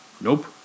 Nope